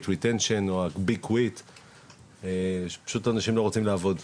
למצב, שפשוט אנשים לא רוצים לעבוד.